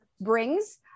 brings